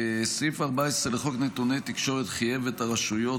סעיף 14 לחוק נתוני תקשורת חייב את הרשויות